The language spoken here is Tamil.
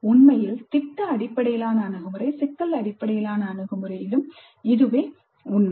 உண்மையில் திட்ட அடிப்படையிலான அணுகுமுறை சிக்கல் அடிப்படையிலான அணுகுமுறையிலும் இதுவே உண்மை